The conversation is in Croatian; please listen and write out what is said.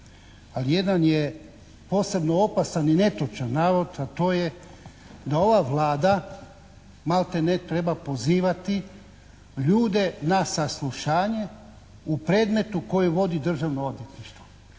ali jedan je posebno opasan i netočan navod, a to je da ova Vlada maltene treba pozivati ljude na saslušanje u predmetu koji vodi Državno odvjetništvo.